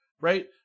right